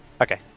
Okay